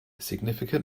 significant